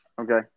Okay